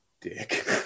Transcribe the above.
dick